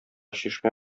чишмә